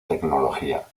tecnología